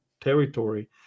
territory